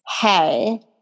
hey